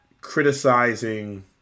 criticizing